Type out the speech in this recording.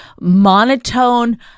monotone